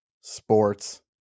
sports